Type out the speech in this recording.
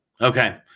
Okay